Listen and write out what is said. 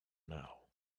now